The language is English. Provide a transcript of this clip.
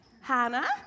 Hannah